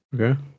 Okay